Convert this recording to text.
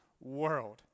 world